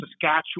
Saskatchewan